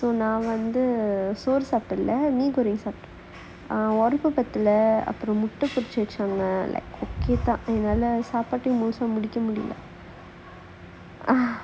நான் வந்து சோறு சாபிடல:naan vanthu soru saapidala mee goreng சாப்பிட்டேன் ஓரப்பு பத்தல அப்புறம் உப்பு புடுச்சு வச்சாங்க:saappttaen orappu pathala appuram uppu puduchu vachaanga like சாப்பாட்டையே முழுசா முடிக்க முடில:saappaattaiyae mulusaa mudikka mudila